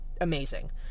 amazing